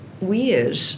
weird